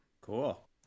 cool